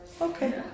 Okay